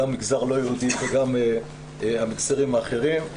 גם מגזר לא יהודי וגם המגזרים האחרים.